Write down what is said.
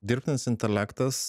dirbtinis intelektas